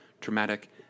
traumatic